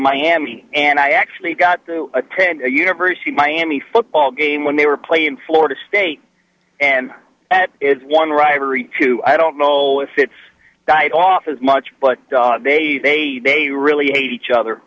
miami and i actually got to attend a university miami football game when they were playing florida state and that is one rivalry too i don't know if it died off as much but they they really hate each other